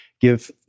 give